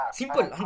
simple